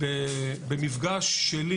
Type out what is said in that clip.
במפגש שלי